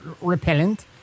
repellent